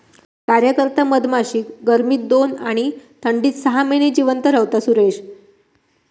कार्यकर्ता मधमाशी गर्मीत दोन आणि थंडीत सहा महिने जिवंत रव्हता, सुरेश